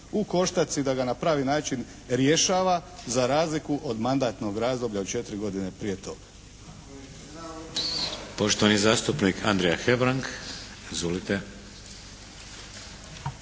ukoštac i da ga na pravi način rješava za razliku od mandatnog razdoblja od četiri godine prije toga.